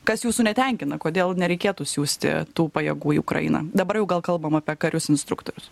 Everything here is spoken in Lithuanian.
kas jūsų netenkina kodėl nereikėtų siųsti tų pajėgų į ukrainą dabar jau gal kalbam apie karius instruktorius